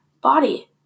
body